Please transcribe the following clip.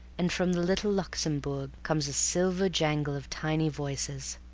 and from the little luxembourg comes a silver jangle of tiny voices.